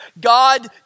God